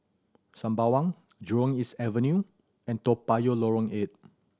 Sembawang Jurong East Avenue and Toa Payoh Lorong Eight